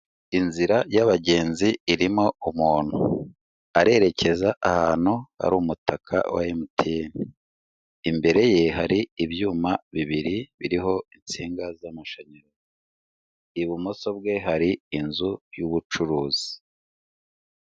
Inzira y'abagenzi irimo umuntu, arerekeza ahantu hari umutaka wa MTN, imbere ye hari ibyuma bibiri biriho insinga z'amashanyarazi, ibumoso bwe hari inzu y'ubucuruzi.